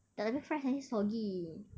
terlebih fries nanti soggy